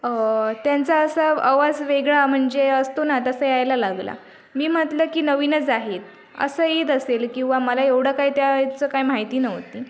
त्यांचा असा आवाज वेगळा म्हणजे असतो ना तसा यायला लागला मी म्हटलं की नवीनच आहे असं येत असेल किंवा मला एवढं काही त्या याचं काय माहिती नव्हते